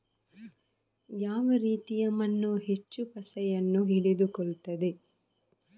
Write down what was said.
ಯಾವ ರೀತಿಯ ಮಣ್ಣು ಹೆಚ್ಚು ಪಸೆಯನ್ನು ಹಿಡಿದುಕೊಳ್ತದೆ?